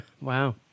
Wow